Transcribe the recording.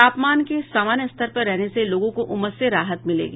तापमान के सामान्य स्तर पर रहने से लोगों को उमस से राहत मिलेगी